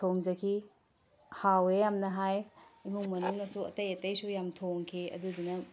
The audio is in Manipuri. ꯊꯣꯡꯖꯈꯤ ꯍꯥꯎꯋꯦ ꯌꯥꯝꯅ ꯍꯥꯏ ꯏꯃꯨꯡ ꯃꯅꯨꯡꯅꯁꯨ ꯑꯇꯩ ꯑꯇꯩꯁꯨ ꯌꯥꯝ ꯊꯣꯡꯈꯤ ꯑꯗꯨꯗꯨꯅ